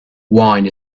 wine